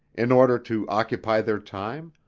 in order to occupy their time,